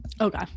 Okay